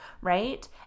right